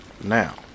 Now